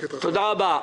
תודה רבה.